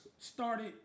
started